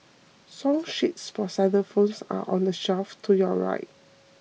song sheets for xylophones are on the shelf to your right